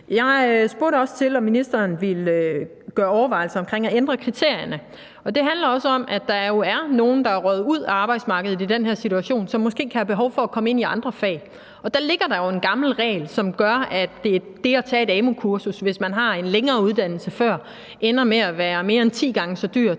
Jeg spurgte også, om ministeren ville overveje at ændre kriterierne, og det handler også om, at der er nogle, der er røget ud af arbejdsmarkedet i den her situation, men som måske kan have behov for at komme ind i andre fag. Og der ligger jo en gammel regel, som gør, at det at tage et amu-kursus, hvis man har en længere uddannelse fra før, ender med at være mere end ti gange så dyrt,